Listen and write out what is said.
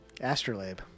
Astrolabe